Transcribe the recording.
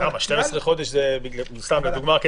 לדוגמה,